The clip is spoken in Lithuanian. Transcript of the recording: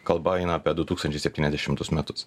kalba eina apie du tūkstančiai septyniasdešimtus metus